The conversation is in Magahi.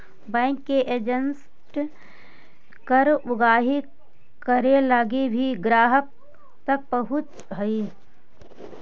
बैंक के एजेंट कर उगाही करे लगी भी ग्राहक तक पहुंचऽ हइ